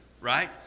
right